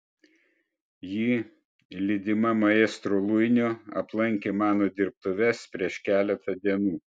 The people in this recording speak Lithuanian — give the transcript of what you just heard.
ji lydima maestro luinio aplankė mano dirbtuves prieš keletą dienų